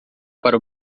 para